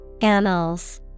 Annals